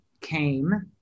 came